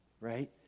right